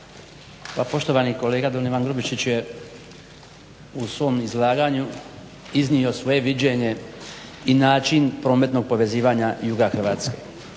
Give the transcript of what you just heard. Pa poštovani kolega don Ivan Grubišić je u svom izlaganju iznio svoje viđenje i način prometnog povezivanja juga Hrvatske.